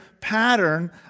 pattern